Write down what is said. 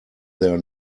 their